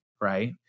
Right